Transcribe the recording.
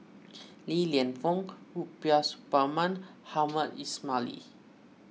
Li Lienfung Rubiah Suparman Hamed Ismail Lee